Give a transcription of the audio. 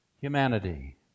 Humanity